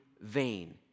vain